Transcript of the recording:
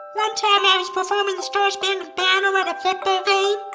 one time i was performing the star-spangled banner at a football game.